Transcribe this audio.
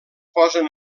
posen